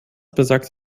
besagt